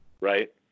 right